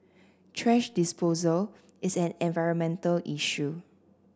thrash disposal is an environmental issue